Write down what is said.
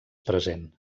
present